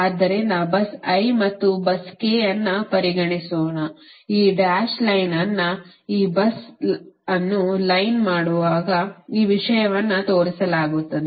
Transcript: ಆದ್ದರಿಂದ bus I ಮತ್ತು bus k ಎಂದು ಪರಿಗಣಿಸೋಣ ಈ ಡ್ಯಾಶ್ ಲೈನ್ ಅನ್ನು ಈ bus ಅನ್ನು ಲೈನ್ ಮಾಡುವಾಗ ಈ ವಿಷಯವನ್ನು ತೋರಿಸಲಾಗುತ್ತದೆ